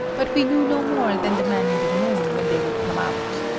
but we knew no more than the man in the moon when they would come out.